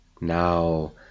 now